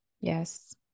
Yes